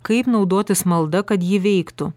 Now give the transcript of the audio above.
kaip naudotis malda kad ji veiktų